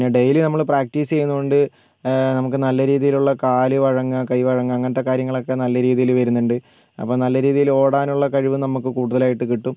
ഇനി ഡെയിലി നമ്മൾ പ്രാക്റ്റിസ് ചെയ്യുന്നത് കൊണ്ട് നമുക്ക് നല്ല രീതിയിലുള്ള കാല് വഴങ്ങുക കൈ വഴങ്ങുക അങ്ങനത്തെ കാര്യങ്ങളൊക്കെ നല്ല രീതിയിൽ വരുന്നുണ്ട് അപ്പോൾ നല്ല രീതിയിലുള്ള ഓടാനുള്ള കഴിവ് നമുക്ക് കൂടുതലായിട്ട് കിട്ടും